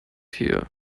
here